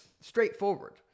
straightforward